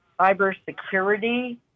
cybersecurity